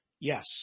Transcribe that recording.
Yes